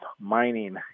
mining